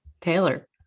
Taylor